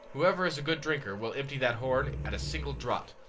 whoever is a good drinker will empty that horn at a single draught,